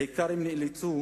בעיקר הם אילצו